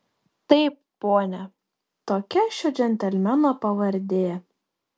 taip pone tokia šio džentelmeno pavardė